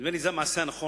נדמה לי שזה המעשה הנכון,